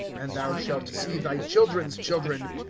and thou shalt see thy children's children.